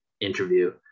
interview